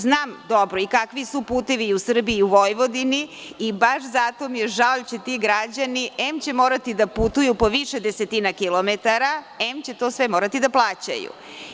Znam dobro i kakvi su putevi i u Srbiji i Vojvodini i baš zato mi je žao jer ti građani, em će morati da putuju po više desetina kilometara, em će to sve morati da plaćaju.